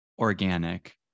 organic